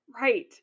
Right